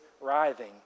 writhing